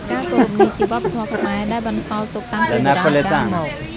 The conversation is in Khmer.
ការគោរពនេះជាវប្បធម៌៌ខ្មែរ ដែលបន្សល់ទុកតាំងពីបុរាណកាលមក។